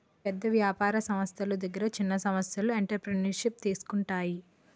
పెద్ద వ్యాపార సంస్థల దగ్గర చిన్న సంస్థలు ఎంటర్ప్రెన్యూర్షిప్ తీసుకుంటాయి